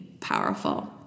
Powerful